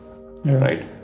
right